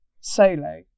solo